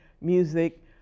music